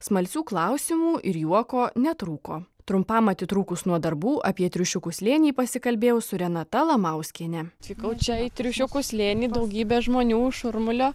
smalsių klausimų ir juoko netrūko trumpam atitrūkus nuo darbų apie triušiukų slėnį pasikalbėjau su renata lamauskiene atvykau čia į triušiukų slėnį daugybė žmonių šurmulio